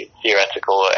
theoretical